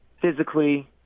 physically